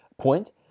point